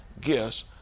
gifts